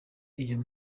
iyo